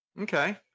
Okay